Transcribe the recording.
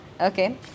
Okay